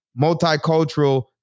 multicultural